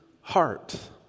heart